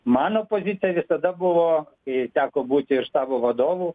mano pozicija visada buvo kai teko būti ir štabo vadovu